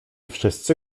wszyscy